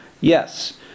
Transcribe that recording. Yes